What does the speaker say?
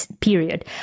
period